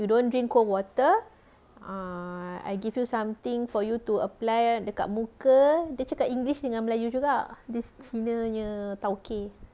you don't drink cold water err I give you something for you to apply dekat muka dia cakap english dengan melayu juga this cina nya tauke